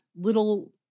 little